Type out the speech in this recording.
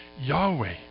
Yahweh